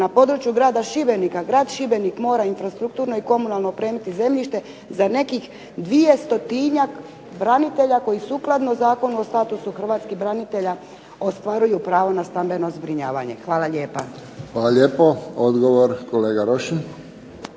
na području Grada Šibenika, Grad Šibenik mora infrastrukturno i komunalno opremiti zemljište za nekih 200-tinjak branitelja koji sukladno Zakonu o statusu hrvatskih branitelja ostvaruju pravo na stambeno zbrinjavanje. Hvala lijepa. **Friščić, Josip (HSS)** Hvala lijepo. Odgovor, kolega Rošin.